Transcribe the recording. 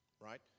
Right